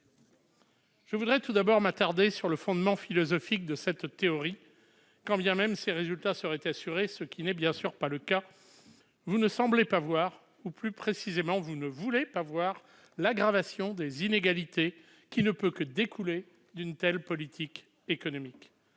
Je voudrais tout d'abord m'attarder sur le fondement philosophique de cette théorie. Quand bien même ces résultats seraient assurés, ce qui bien sûr n'est pas le cas, vous ne semblez pas voir, plus précisément vous ne voulez pas voir, l'aggravation des inégalités qui découle inéluctablement d'une telle politique économique.